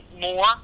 more